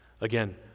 Again